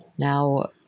Now